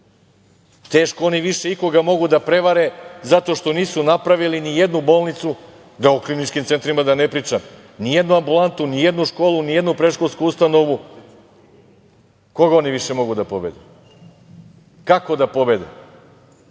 oni više ikoga mogu da prevare zato što nisu napravili nijednu bolnicu, a o kliničkim centrima da ne pričam, nijednu ambulantu, nijednu školu, nijednu predškolsku ustanovu. Koga oni mogu više da pobede? Kako da pobede?